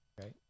right